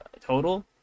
total